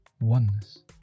oneness